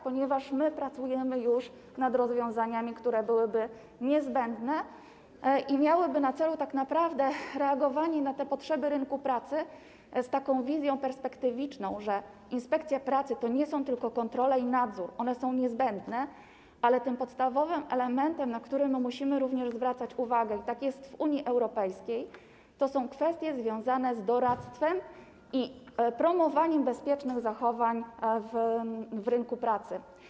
Pracujemy już nad rozwiązaniami, które byłyby niezbędne i miałyby na celu reagowanie na potrzeby rynku pracy z taką wizją perspektywiczną, że inspekcja pracy to nie są tylko kontrole i nadzór, one są niezbędne, ale tym podstawowym elementem, na który musimy zwracać uwagę, tak jest w Unii Europejskiej, są kwestie związane z doradztwem i promowaniem bezpiecznych zachowań na rynku pracy.